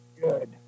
Good